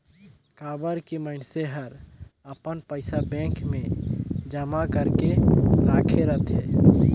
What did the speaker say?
काबर की मइनसे हर अपन पइसा बेंक मे जमा करक राखे रथे